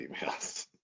emails